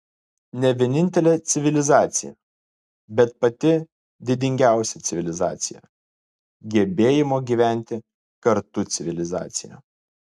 ne vienintelė civilizacija bet pati didingiausia civilizacija gebėjimo gyventi kartu civilizacija